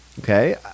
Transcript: okay